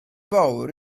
fawr